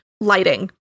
lighting